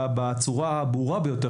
בצורה הברורה ביותר,